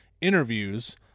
interviews